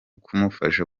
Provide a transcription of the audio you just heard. kumufasha